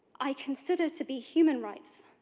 i consider to be human rights.